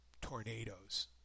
tornadoes